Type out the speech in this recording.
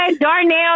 Darnell